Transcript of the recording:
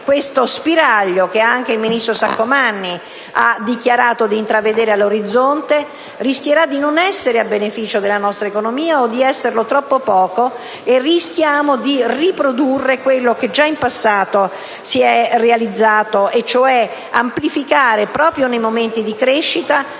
questo spiraglio, che anche il ministro Saccomanni ha dichiarato di intravedere all'orizzonte, rischierà di non essere a beneficio della nostra economia o di esserlo troppo poco, e rischiamo di riprodurre quello che già in passato si è realizzato, cioè amplificare, proprio nei momenti di crescita,